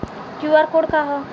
QR code का ह?